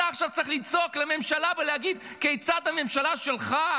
אתה עכשיו צריך לצעוק לממשלה ולהגיד כיצד הממשלה שלך,